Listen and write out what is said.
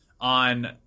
on